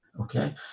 okay